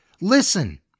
Listen